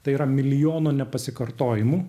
tai yra milijono ne pasikartojimų